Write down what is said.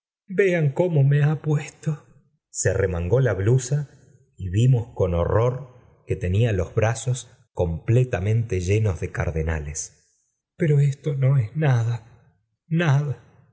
vean cómo me ha pílenlo i se anemangó la blusa y viiuoi uhi t i i i ijm tenía los brazos completamente llenos de cardenales pero esto no es nada nada